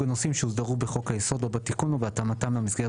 הנושאים שהוסדרו בחוק היסוד או בתיקון או בהתאמתם למסגרת